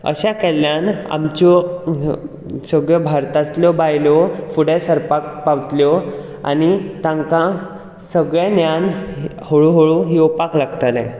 अशें केल्ल्यान आमच्यो सगळ्यो भारतांतल्यो बायलो फुडें सरपाक पावतल्यो आनी तांका सगळें ज्ञान हळू हळू येवपाक लागतलें